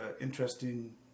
interesting